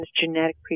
genetic